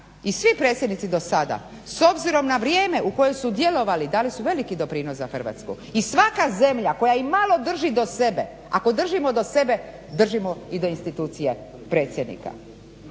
i svim predsjednici do sada s obzirom na vrijeme u kojem su djelovali dali su velik doprinos za Hrvatsku i svaka zemlja koja imalo drži do sebe, ako držimo do sebe držimo i do institucije predsjednika.